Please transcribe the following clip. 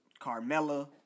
Carmella